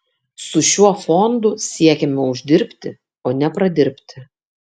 su šiuo fondu siekiame uždirbti o ne pradirbti